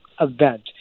event